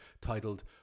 titled